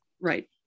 Right